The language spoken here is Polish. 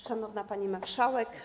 Szanowna Pani Marszałek!